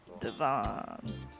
Devon